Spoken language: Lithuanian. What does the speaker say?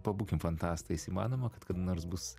pabūkim fantastais įmanoma kad kada nors bus